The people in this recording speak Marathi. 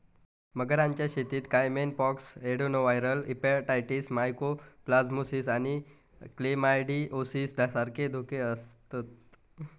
मगरांच्या शेतीत caiman pox, adenoviral hepatitis, mycoplasmosis आणि क्लेमायडिओसिस सारखे धोके आसतत